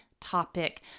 topic